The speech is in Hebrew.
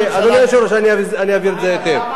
היושב-ראש, אני אבהיר את זה היטב.